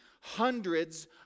Hundreds